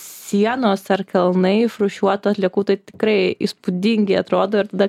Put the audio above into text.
sienos ar kalnai išrūšiuotų atliekų tai tikrai įspūdingi atrodo ir tada